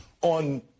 on